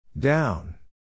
Down